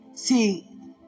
See